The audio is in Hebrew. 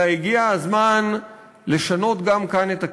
אלא הגיע הזמן לשנות גם כאן את הכיוון,